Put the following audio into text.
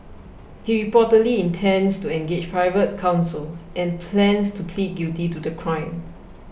he reportedly intends to engage private counsel and plans to plead guilty to the crime